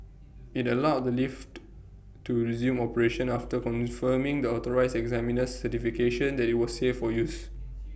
IT allowed the lift to resume operation after confirming the authorised examiner's certification that IT was safe for use